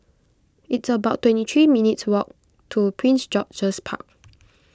it's about twenty three minutes' walk to Prince George's Park